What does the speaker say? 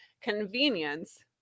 convenience